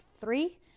three